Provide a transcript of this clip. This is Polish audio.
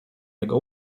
jego